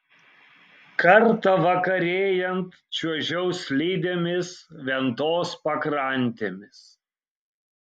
kartą vakarėjant čiuožiau slidėmis ventos pakrantėmis